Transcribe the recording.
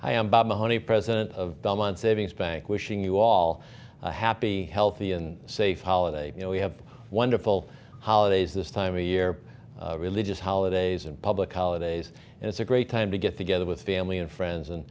am bob mahoney president of belmont savings bank wishing you all a happy healthy and safe holiday you know we have wonderful holidays this time of year religious holidays and public holidays and it's a great time to get together with family and friends and